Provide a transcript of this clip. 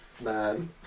Man